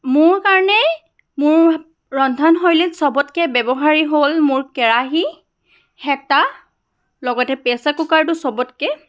মোৰ কাৰণে মোৰ ৰন্ধনশৈলীত চবতকৈ ব্যৱহাৰী হ'ল মোৰ কেৰাহি হেতা লগতে প্ৰেছাৰ কুকাৰটো চবতকৈ